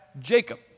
Jacob